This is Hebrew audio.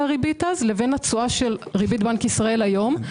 הריבית אז לבין תשואה של הריבית של בנק ישראל היום.